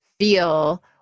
feel